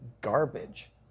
garbage